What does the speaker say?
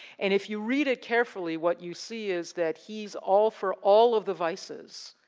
and, if you read it carefully what you see is that he's all for all of the vices,